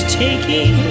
taking